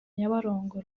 nyabarongo